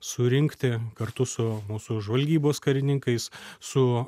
surinkti kartu su mūsų žvalgybos karininkais su